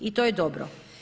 I to je dobro.